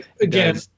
again